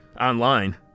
Online